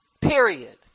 Period